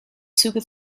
züge